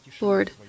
Lord